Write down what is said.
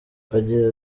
agira